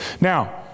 Now